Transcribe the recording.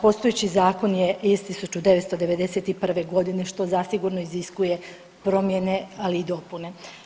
Postojeći zakon je iz 1991. godine što zasigurno iziskuje promjene, ali i dopune.